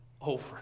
Over